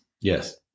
Yes